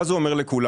מה זה אומר לכולם?